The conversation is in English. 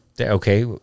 Okay